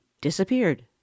disappeared